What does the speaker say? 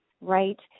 right